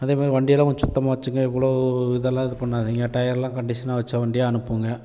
அதே மாதிரி வண்டியெலாம் கொஞ்சம் சுத்தமாக வச்சுக்கிங்க இவ்வளோ இதெல்லாம் இது பண்ணாதிங்க டயரெலாம் கண்டிஸனாக வைச்ச வண்டியாக அனுப்புங்க